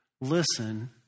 listen